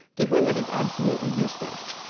to whom it is absolutely useless.